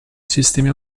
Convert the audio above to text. sistemi